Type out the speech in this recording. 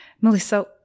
Melissa